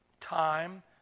Time